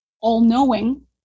all-knowing